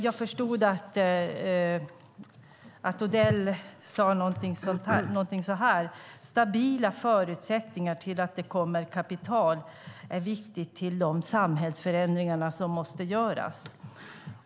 Jag förstod att Odell har sagt någonting sådant här: Stabila förutsättningar till att det kommer kapital är viktigt till de samhällsförändringar som måste göras.